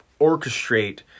orchestrate